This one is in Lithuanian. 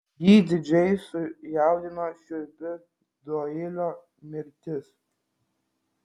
jį didžiai sujaudino šiurpi doilio mirtis